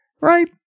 right